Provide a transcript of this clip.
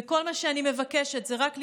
וכל מה שאני מבקשת זה רק לישון.